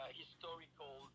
historical